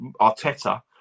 Arteta